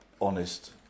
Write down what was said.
honest